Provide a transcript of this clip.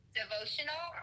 devotional